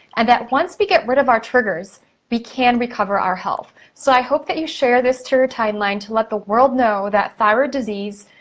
and that once we get rid of our triggers we can recover our health. so, i hope that you share this to your timeline to let the world know that thyroid disease,